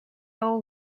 all